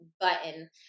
button